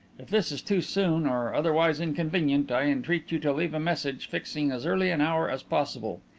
if this is too soon or otherwise inconvenient i entreat you to leave a message fixing as early an hour as possible.